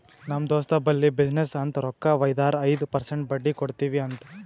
ನಮ್ ದೋಸ್ತ್ ಬಲ್ಲಿ ಬಿಸಿನ್ನೆಸ್ಗ ಅಂತ್ ರೊಕ್ಕಾ ವೈದಾರ ಐಯ್ದ ಪರ್ಸೆಂಟ್ ಬಡ್ಡಿ ಕೊಡ್ತಿವಿ ಅಂತ್